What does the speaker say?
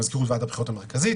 למזכירות ועדת הבחירות המרכזית.